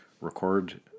record